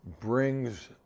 brings